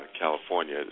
California